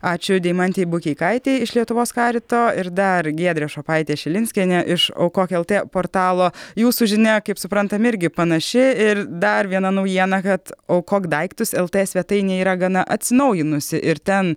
ačiū deimantei bukeikaitei iš lietuvos karito ir dar giedrė šopaitė šilinskienė iš aukok lt portalo jūsų žinia kaip suprantam irgi panaši ir dar viena naujiena kad aukok daiktus lt svetainė yra gana atsinaujinusi ir ten